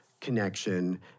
connection